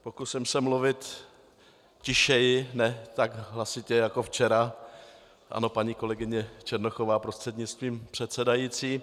Pokusím se mluvit tišeji, ne tak hlasitě jako včera ano, paní kolegyně Černochová prostřednictvím předsedající.